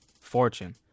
fortune